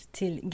till